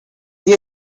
the